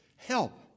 help